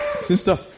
Sister